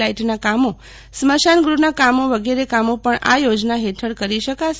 લાઇટનાં કામો સ્મશાનગૂહના કામો વગેરે કામો પણ આ યોજના હેઠળ કરી શકાશે